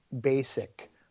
basic